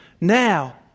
Now